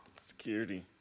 Security